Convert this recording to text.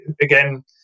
again